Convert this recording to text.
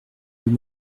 deux